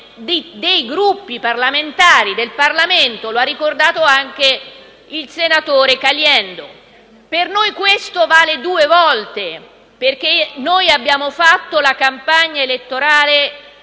dei Gruppi parlamentari e del Parlamento, come ha ricordato anche il senatore Caliendo. Per noi questo vale due volte, perché abbiamo fatto la campagna elettorale